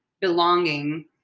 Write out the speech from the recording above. belonging